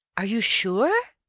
are you sure?